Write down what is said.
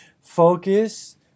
focus